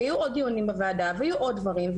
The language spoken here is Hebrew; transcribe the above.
ויהיו עוד דיונים בוועדה ועוד דברים,